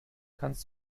kannst